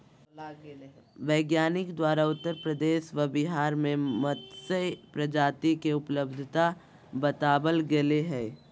वैज्ञानिक द्वारा उत्तर प्रदेश व बिहार में मत्स्य प्रजाति के उपलब्धता बताबल गले हें